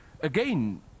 again